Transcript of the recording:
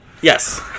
Yes